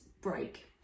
break